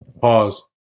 pause